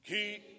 Keep